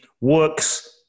works